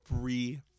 Free